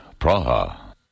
Praha